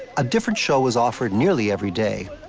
a different show was offered nearly every day,